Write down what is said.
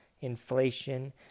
inflation